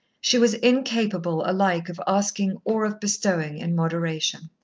she was incapable alike of asking or of bestowing in moderation.